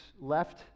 left